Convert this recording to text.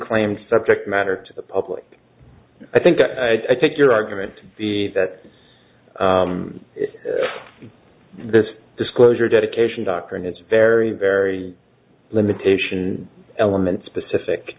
claimed subject matter to the public i think i take your argument that this disclosure dedication doctor and it's very very limitation element specific